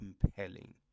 compelling